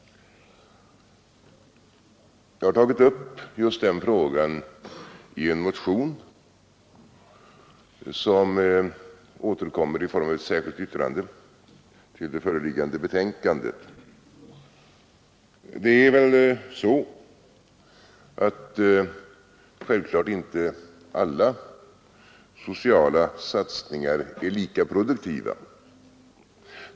Jag har tagit upp just denna fråga i en motion, som återkommer i form av ett särskilt yttrande till det betänkande som nu behandlas. Självfallet är inte alla sociala satsningar lika produktiva.